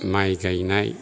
माइ गायनाय